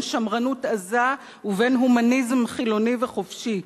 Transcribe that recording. בין שמרנות עזה ובין הומניזם חילוני וחופשי.